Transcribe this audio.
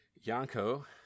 Yanko